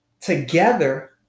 together